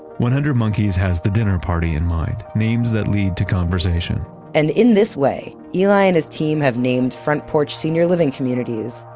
one hundred monkeys has the dinner party in mind names that lead to conversation and in this way, eli and his team have named front porch senior living communities,